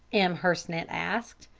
m. hersant asked.